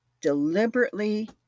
deliberately